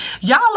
Y'all